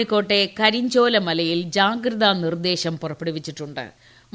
കോഴിക്കോട്ടെ കരിഞ്ചോല മലയിൽ ജാഗ്രതാ നിർദ്ദേശം പുറപ്പെടുവിച്ചിട്ടു ്